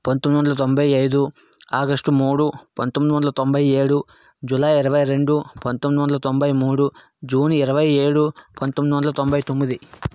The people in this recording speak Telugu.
పంతొమ్మిది వందల తొంభై ఐదు ఆగస్టు మూడు పంతొమ్మిది వందల తొంభై ఏడు జులై ఇరవై రెండు పంతొమ్మిది వందల తొంభై మూడు జూన్ ఇరవై ఏడు పంతొమ్మిది వందల తొంభై తొమ్మిది